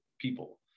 people